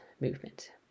movement